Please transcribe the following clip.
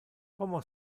como